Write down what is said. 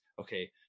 okay